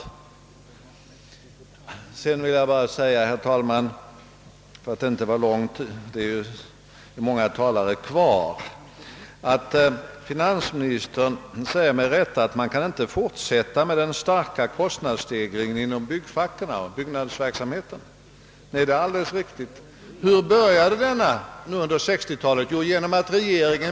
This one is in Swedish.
Sedan vill jag bara påpeka en sak — jag skall inte hålla på länge ty det är många talare kvar. Finansministern säger att man inte kan fortsätta med den starka kostnadsstegringen inom byggnadsverksamheten. Det är alldeles riktigt. Men hur började denna kostnadsstegring under 1960-talet?